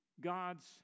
God's